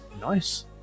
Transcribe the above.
nice